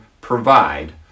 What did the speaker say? provide